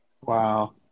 Wow